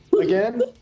again